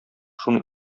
шуны